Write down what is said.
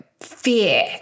fear